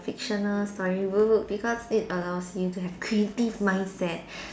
fictional story book because it allows you to have creative mindset